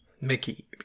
Mickey